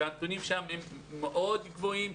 שם הנתונים מאוד גבוהים,